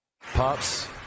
Pops